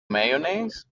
mayonnaise